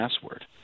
password